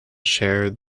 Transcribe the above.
shared